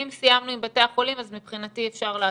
אם סיימנו עם בתי החולים אז מבחינתי אפשר לעצור.